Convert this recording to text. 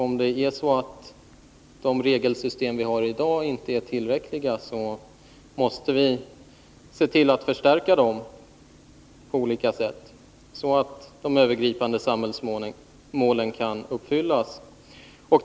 Om de regelsystem som vi i dag har inte är tillräckliga, måste vi på olika sätt förstärka dem så att de övergripande samhällsmålen kan uppfyllas.